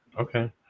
Okay